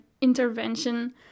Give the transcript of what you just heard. intervention